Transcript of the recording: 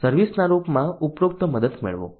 service ના રૂપમાં ઉપરોક્ત મદદ મેળવો